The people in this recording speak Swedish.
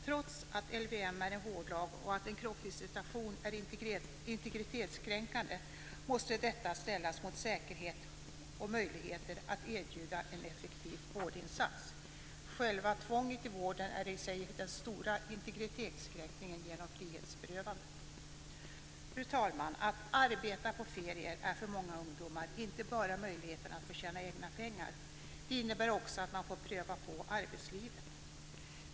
Trots att LVM är en vårdlag och att en kroppsvisitation är integritetskränkande måste detta ställas mot säkerhet och möjligheter att erbjuda en effektiv vårdinsats. Själva tvånget i vården är i sig den stora integritetskränkningen genom frihetsberövandet. Fru talman! Att arbeta på ferier är för många ungdomar inte bara möjligheten att få tjäna egna pengar, det innebär också att man får pröva på arbetslivet.